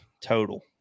total